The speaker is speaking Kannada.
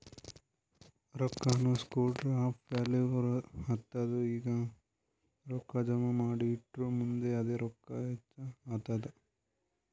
ರೊಕ್ಕಾನು ಸ್ಟೋರ್ ಆಫ್ ವ್ಯಾಲೂ ಆತ್ತುದ್ ಈಗ ರೊಕ್ಕಾ ಜಮಾ ಮಾಡಿ ಇಟ್ಟುರ್ ಮುಂದ್ ಅದೇ ರೊಕ್ಕಾ ಹೆಚ್ಚ್ ಆತ್ತುದ್